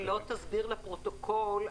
אם לא תסביר לפרוטוקול,